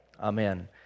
Amen